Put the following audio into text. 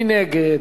מי נגד?